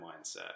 mindset